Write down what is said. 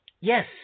yes